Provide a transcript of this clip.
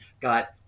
got